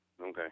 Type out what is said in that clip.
Okay